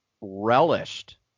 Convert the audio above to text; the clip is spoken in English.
relished